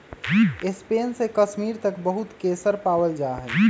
Spain से कश्मीर तक बहुत केसर पावल जा हई